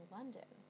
London